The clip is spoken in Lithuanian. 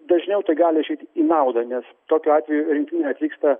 dažniau tai gali išeiti į naudą nes tokiu atveju rinktinė atvyksta